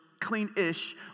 clean-ish